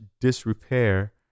disrepair